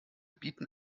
bieten